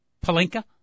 Palenka